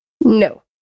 No